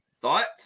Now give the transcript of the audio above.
Thoughts